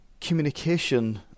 communication